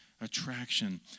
attraction